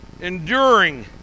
enduring